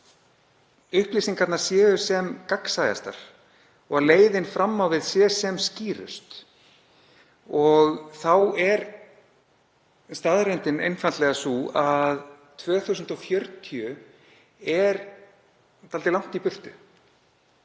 að upplýsingarnar séu sem gagnsæjastar og að leiðin fram á við sé sem skýrust. Þá er staðreyndin einfaldlega sú að árið 2040 er dálítið langt í burtu.